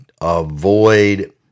avoid